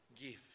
gift